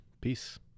Peace